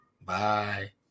Bye